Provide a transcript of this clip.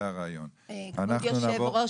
כבוד היושב-ראש,